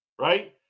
Right